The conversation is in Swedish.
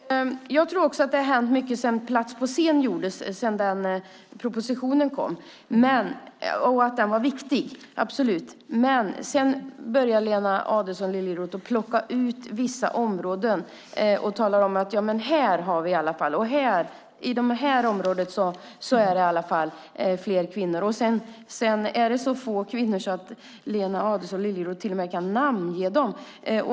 Herr talman! Jag tror också att det har hänt mycket sedan propositionen Plats på scen kom. Den var viktig, absolut, men sedan börjar Lena Adelsohn Liljeroth plocka ut vissa områden och talar om att i alla fall här har vi och inom det här området är det fler kvinnor. Ändå är det så få kvinnor att Lena Adelsohn Liljeroth till och med kan namnge dem.